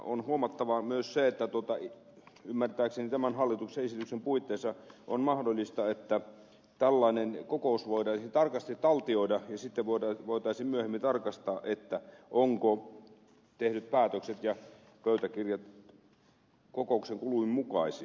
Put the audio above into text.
on huomattava myös se että ymmärtääkseni tämän hallituksen esityksen puitteissa on mahdollista että tällainen kokous voitaisiin tarkasti taltioida ja sitten voitaisiin myöhemmin tarkastaa ovatko tehdyt päätökset ja pöytäkirjat kokouksen kulun mukaisia